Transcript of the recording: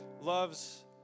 loves